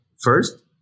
first